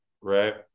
right